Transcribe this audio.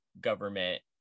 government